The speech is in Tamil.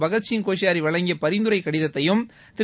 பகத்சிங் கோஷியாரி வழங்கிய பரிந்துரை கடிதத்தையும் திரு